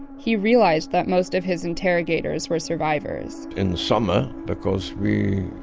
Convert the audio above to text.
he realized that most of his interrogators were survivors in summer, because we,